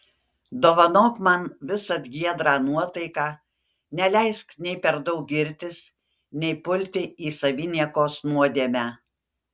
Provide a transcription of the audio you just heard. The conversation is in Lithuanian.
dovanok man visad giedrą nuotaiką neleisk nei per daug girtis nei pulti į saviniekos nuodėmę